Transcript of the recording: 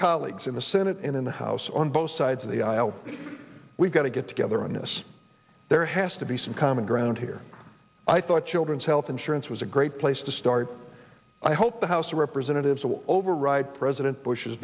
colleagues in the senate and in the house on both sides of the aisle we've got to get together on this there has to be some common ground here i thought children's health insurance was a great place to start i hope the house of representatives will override president bush's